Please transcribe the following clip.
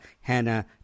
Hannah